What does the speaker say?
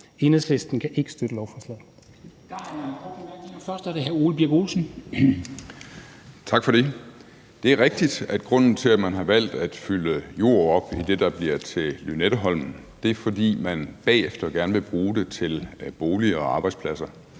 Først det fra hr. Ole Birk Olesen. Kl. 21:07 Ole Birk Olesen (LA): Tak for det. Det er rigtigt, at grunden til, at man har valgt at fylde jord op i det, der bliver til Lynetteholmen, er, at man bagefter gerne vil bruge det til boliger og arbejdspladser,